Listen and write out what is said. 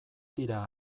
dira